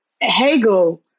Hegel